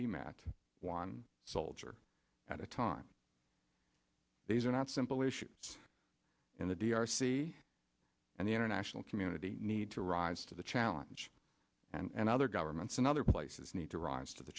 be met one soldier at a time these are not simple issues in the d r c and the international community need to rise to the challenge and other governments in other places need to rise to the